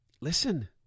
listen